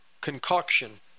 concoction